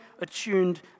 attuned